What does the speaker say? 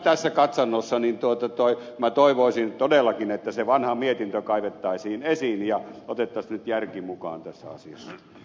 tässä katsannossa minä toivoisin todellakin että se vanha mietintö kaivettaisiin esiin ja otettaisiin nyt järki mukaan tässä asiassa